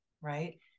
right